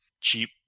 cheap